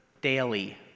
daily